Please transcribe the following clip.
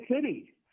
City